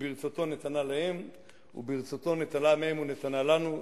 שברצותו נתנה להם וברצותו נטלה מהם ונתנה לנו,